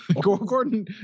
Gordon